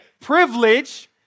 Privilege